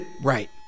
Right